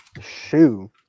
shoe